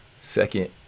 Second